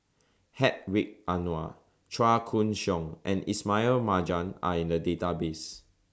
Hedwig Anuar Chua Koon Siong and Ismail Marjan Are in The Database